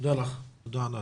תודה ענת.